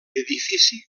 edifici